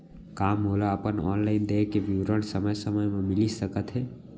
का मोला अपन ऑनलाइन देय के विवरण समय समय म मिलिस सकत हे?